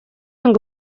ngo